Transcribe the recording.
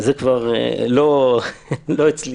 זה כבר לא אצלי.